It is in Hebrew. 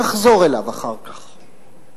נחזור אליו אחר כך.